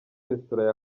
restaurant